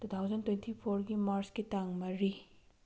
two thousand twenty ꯐꯣꯔꯒꯤ ꯃꯥꯔꯆꯀꯤ ꯇꯥꯡ ꯃꯔꯤ